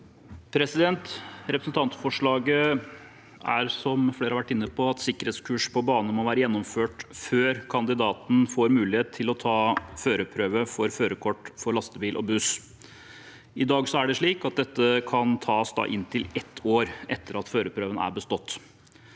Representant- forslaget går ut på, som flere har vært inne på, at sikkerhetskurs på bane må være gjennomført før kandidaten får mulighet til å ta førerprøve for førerkort for lastebil og buss. I dag kan dette kurset tas inntil ett år etter at førerprøven er bestått.